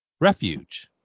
refuge